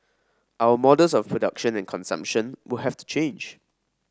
our models of production and consumption will have to change